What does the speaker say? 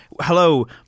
hello